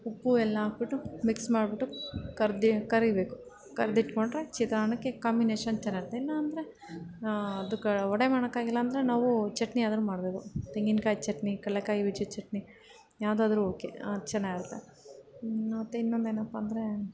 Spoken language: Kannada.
ಉಪ್ಪು ಎಲ್ಲ ಹಾಕ್ಬಿಟ್ಟು ಮಿಕ್ಸ್ ಮಾಡ್ಬಿಟ್ಟು ಕರೆದೇ ಕರಿಬೇಕು ಕರೆದಿಟ್ಕೊಂಡ್ರೆ ಚಿತ್ರಾನ್ನಕ್ಕೆ ಕಾಂಬಿನೇಶನ್ ಚೆನ್ನಾಗಿರುತ್ತೆ ಇಲ್ಲ ಅಂದ್ರೆ ಅದು ಕ ವಡೆ ಮಾಡೋಕ್ಕಾಗಿಲ್ಲ ಅಂದರೆ ನಾವು ಚಟ್ನಿಯಾದ್ರೂ ಮಾಡ್ಬೋದು ತೆಂಗಿನ್ಕಾಯಿ ಚಟ್ನಿ ಕಡ್ಲೆಕಾಯಿ ಬೀಜದ ಚಟ್ನಿ ಯಾವ್ದಾದ್ರೂ ಓಕೆ ಅದು ಚೆನ್ನಾಗಿರುತ್ತೆ ಮತ್ತು ಇನ್ನೊಂದೇನಪ್ಪ ಅಂದರೆ